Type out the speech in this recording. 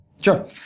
Sure